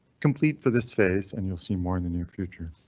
complete for this phase and you'll see more in the near future.